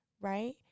Right